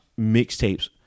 mixtapes